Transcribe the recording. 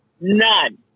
None